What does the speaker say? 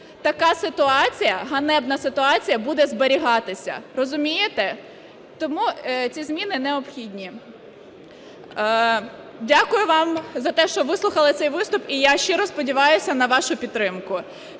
така ситуація, ганебна ситуація, буде зберігатися. Розумієте? Тому ці зміни необхідні. Дякую вам за те, що вислухали цей виступ. І я щиро сподіваюся на вашу підтримку.